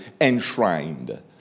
enshrined